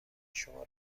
شما